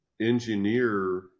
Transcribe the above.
engineer